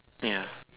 ya